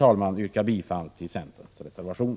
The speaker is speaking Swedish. I övrigt yrkar jag bifall till centerns reservation.